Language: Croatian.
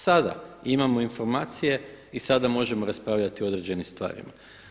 Sada imamo informacije i sada možemo raspravljati o određenim stvarima.